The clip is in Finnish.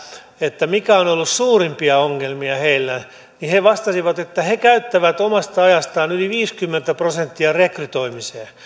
että mikä on ollut suurimpia ongelmia heille niin he vastasivat että he käyttävät omasta ajastaan yli viisikymmentä prosenttia rekrytoimiseen ja